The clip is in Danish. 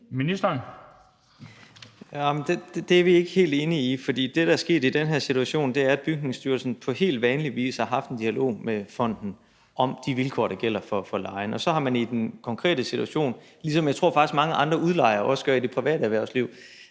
Det er vi ikke helt enige i, for det, der er sket i den her situation, er, at Bygningsstyrelsen på helt vanlig vis har haft en dialog med fonden om de vilkår, der gælder for lejen, og så har man i den konkrete situation – ligesom jeg faktisk tror mange andre udlejere også gør i det private erhvervsliv